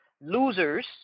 Losers